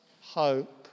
hope